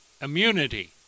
immunity